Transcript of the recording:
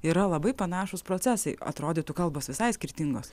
yra labai panašūs procesai atrodytų kalbos visai skirtingos